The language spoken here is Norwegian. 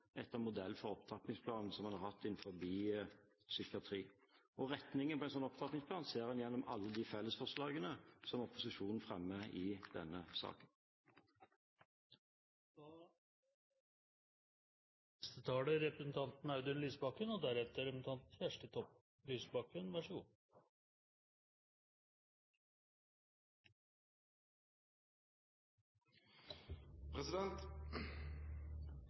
etter modell fra opptrappingsplanen som man har hatt innenfor psykiatri. Retningen på en sånn opptrappingsplan ser en gjennom alle de fellesforslagene som opposisjonen fremmer i denne saken. Verdigrunnlaget for ruspolitikken må være humanisme og